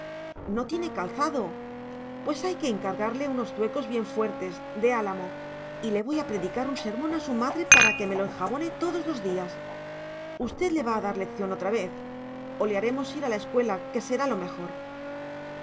no tiene calzado pues hay que encargarle unos zuecos bien fuertes de álamo y le voy a predicar un sermón a su madre para que me lo enjabone todos los días usted le va a dar lección otra vez o le haremos ir a la escuela que será lo mejor